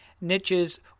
niches